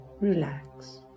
relax